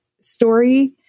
story